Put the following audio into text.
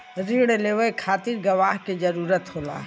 रिण लेवे के खातिर गवाह के जरूरत होला